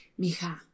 Mija